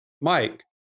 Mike